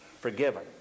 forgiven